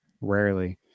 Rarely